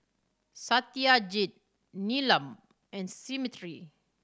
Satyajit Neelam and Smriti